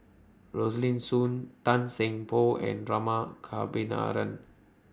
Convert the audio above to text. Rosaline Soon Tan Seng Poh and Rama Kannabiran